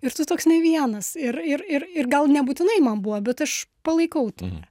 ir tu toks ne vienas ir ir ir ir gal nebūtinai man buvo bet aš palaikau tai